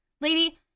Lady